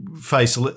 face